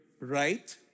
right